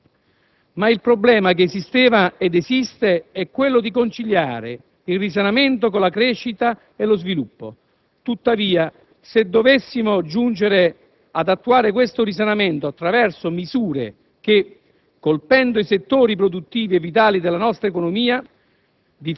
Ma il problema che esisteva ed esiste è quello di conciliare il risanamento con la crescita e lo sviluppo. Tuttavia, se dovessimo giungere ad attuare questo risanamento, attraverso misure che, colpendo i settori produttivi e vitali della nostra economia,